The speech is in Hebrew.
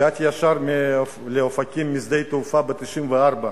הגעתי לאופקים ישר משדה התעופה ב-1994.